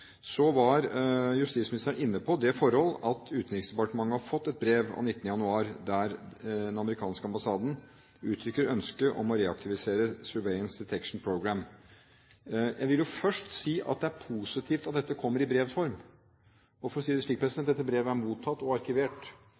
var inne på det forhold at Utenriksdepartementet har fått et brev av 19. januar der den amerikanske ambassaden uttrykker ønske om å reaktivisere Surveillance Detection Program. Jeg vil først si at det er positivt at dette kommer i brevs form. Og – for å si det slik – dette brevet er mottatt og arkivert.